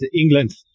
England